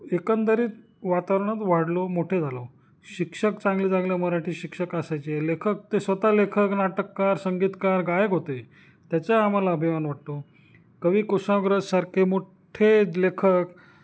एकंदरीत वातावरणात वाढलो मोठे झालो शिक्षक चांगले चांगले मराठी शिक्षक असायचे लेखक ते स्वतः लेखक नाटककार संगीतकार गायक होते त्याचाही आम्हाला अभिमान वाटतो कवी कुशांग्रजसारखे मोठ्ठे लेखक